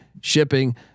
shipping